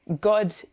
God